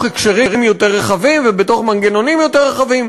הקשרים יותר רחבים ובתוך מנגנונים יותר רחבים.